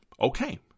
Okay